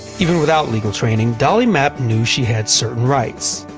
even without legal training, dolly mapp knew she had certain rights,